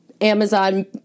Amazon